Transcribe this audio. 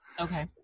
Okay